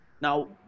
now